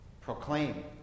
proclaim